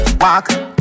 walk